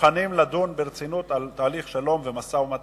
מוכנים לדון אתה ברצינות על תהליך שלום ומשא-ומתן,